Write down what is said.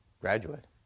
graduate